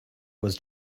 was